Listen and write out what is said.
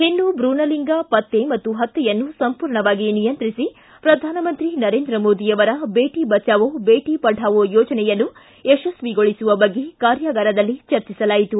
ಹೆಣ್ಣು ಭ್ರೂಣಲಿಂಗ ಪತ್ತೆ ಮತ್ತು ಪತ್ತೆಯನ್ನು ಸಂಪೂರ್ಣವಾಗಿ ನಿಯಂತ್ರಿಸಿ ಶ್ರಧಾನಮಂತ್ರಿ ನರೇಂದ್ರ ಮೋದಿ ಅವರ ದೇಟಿ ಬಚಾವೋ ಬೇಟಿ ಪಢಾವೋ ಯೋಜನೆಯನ್ನು ಯಶಸ್ವಿಗೊಳಿಸುವ ಬಗ್ಗೆ ಕಾರ್ಯಾಗಾರದಲ್ಲಿ ಚರ್ಚಿಸಲಾಯಿತು